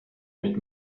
mit